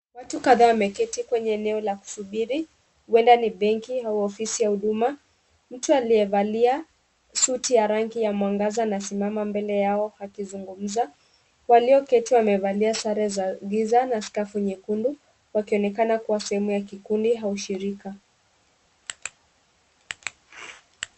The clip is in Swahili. Watu kadhaa wameketi kwenye eneo la kusubiri huenda ni benki au ofisi ya huduma. Mtu aliyevalia suti ya rangi ya mwangaza anasimama mbele yao akizungumza. Walioketi wamevalia sare za giza na skafu nyekundu wakionekana kuwa sehemu ya kikundi au shirika.